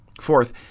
Fourth